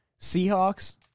Seahawks